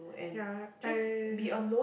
ya !aiya!